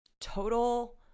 total